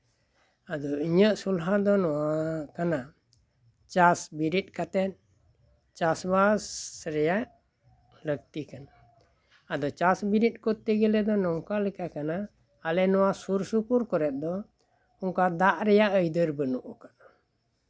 ᱟᱫᱚ ᱤᱧᱟᱹᱜ ᱥᱚᱞᱦᱟ ᱫᱚ ᱱᱚᱣᱟ ᱠᱟᱱᱟ ᱪᱟᱥ ᱵᱮᱨᱮᱫ ᱠᱟᱛᱮᱜ ᱪᱟᱥᱼᱵᱟᱥ ᱨᱮᱭᱟᱜ ᱞᱟᱹᱠᱛᱤ ᱠᱟᱱᱟ ᱟᱫᱚ ᱪᱟᱥ ᱵᱮᱨᱮᱫ ᱠᱚᱨᱛᱮ ᱜᱮᱞᱮ ᱱᱚᱝᱠᱟ ᱞᱮᱠᱟ ᱠᱟᱱᱟ ᱟᱞᱮ ᱱᱚᱣᱟ ᱥᱩᱨ ᱥᱩᱯᱩᱨ ᱠᱚᱨᱮᱜ ᱫᱚ ᱚᱱᱠᱟ ᱫᱟᱜ ᱨᱮᱭᱟᱜ ᱟᱹᱭᱫᱟᱹᱨ ᱵᱟᱹᱱᱩᱜ ᱟᱠᱟᱫᱟ